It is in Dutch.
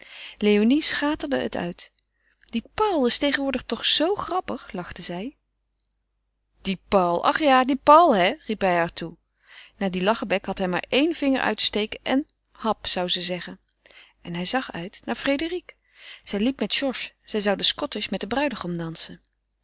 léonie schaterde het uit die paul is tegenwoordig toch zoo grappig lachte zij die paul ach ja die paul hé riep hij haar toe naar die lachebek had hij maar éen vinger uit te steken en hap zou ze zeggen en hij zag uit naar frédérique zij liep met georges zij zou den scottisch met den bruidegom dansen